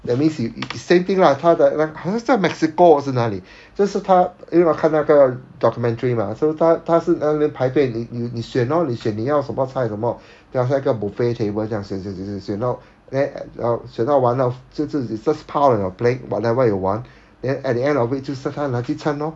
that means same thing lah 他的那好像 mexico or 是哪里这是他因为我看那个 documentary mah so 他他是排队你你你选 lor 你选你要什么菜什么 then 好像一个 buffet table 这样选选选选选到 then uh 选到完了就就 they just pile on your plate whatever you want then at the end of it 就是他拿去 chan lor